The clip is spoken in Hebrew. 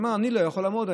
אני לא יכול לעמוד.